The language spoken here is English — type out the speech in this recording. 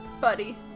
buddy